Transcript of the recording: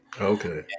okay